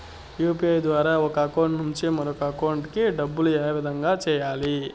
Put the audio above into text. UPI ద్వారా ఒక account నుంచి మరొక అకౌంట్ కి డబ్బులు ఏ విధంగా వెయ్యాలి